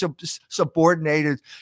subordinated